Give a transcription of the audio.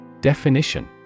Definition